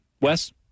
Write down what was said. Wes